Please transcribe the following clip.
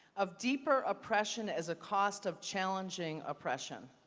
of deeper oppression as a cost of challenging oppression.